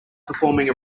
performing